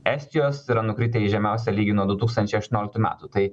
estijos yra nukritę į žemiausią lygį nuo du tūkstančiai aštuonioliktų metų tai